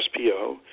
SPO